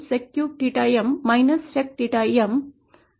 असे दिले जाऊ शकते